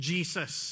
Jesus